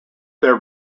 their